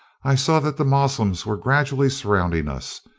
i saw that the moslems were gradually surrounding us,